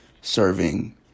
serving